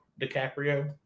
DiCaprio